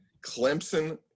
Clemson